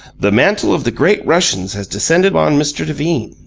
the mantle of the great russians has descended on mr. devine.